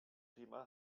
thema